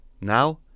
Now